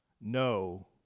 No